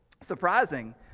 surprising